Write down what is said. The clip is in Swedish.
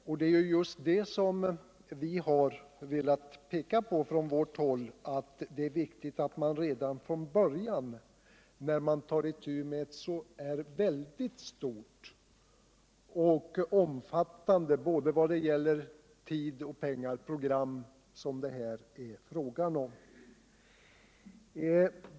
Från vårt håll har vi just velat peka på vikten av att redan från början ha sådana styrmedel när man tar itu med ett i fråga om tid och pengar så omfattande program som det här gäller.